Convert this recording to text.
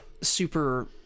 super